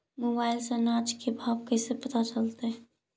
Mobile से अनाज के भाव कैसे पता चलतै?